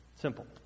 Simple